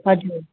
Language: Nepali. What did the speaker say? हजुर